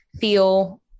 feel